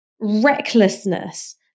recklessness